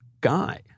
guy